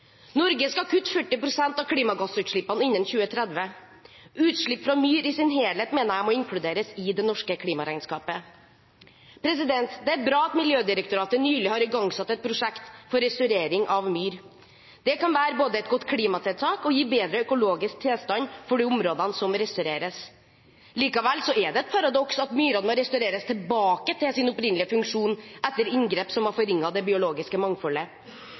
Norge skal kutte 40 pst. av klimagassutslippene innen 2030. Utslipp fra myr i sin helhet mener jeg må inkluderes i det norske klimaregnskapet. Det er bra at Miljødirektoratet nylig har igangsatt et prosjekt for restaurering av myr. Det kan både være et godt klimatiltak og gi bedre økologisk tilstand i de områdene som restaureres. Likevel er det et paradoks at myrene må restaureres tilbake til sin opprinnelige funksjon etter inngrep som har forringet det biologiske mangfoldet.